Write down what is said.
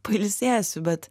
pailsėsiu bet